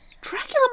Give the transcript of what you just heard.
dracula